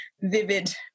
vivid